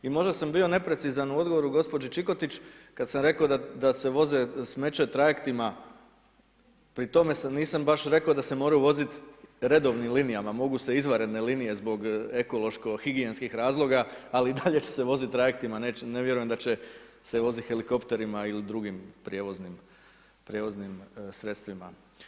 I možda sam bio neprecizan u odgovoru gospođi Čikotić, kad sam rekao da se voze smeće trajektima, pri tome nisam baš rek'o da se moraju voziti redovnim linijama, mogu se izvanredne linije zbog ekološko-higijenskih razloga, ali i dalje će se vozit trajektima, neće, ne vjerujem da će se voziti helikopterima ili drugim prijevoznim sredstvima.